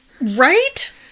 Right